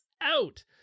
out